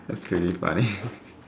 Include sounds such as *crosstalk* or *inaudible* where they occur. that's really funny *laughs*